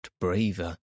braver